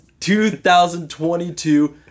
2022